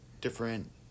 different